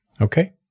Okay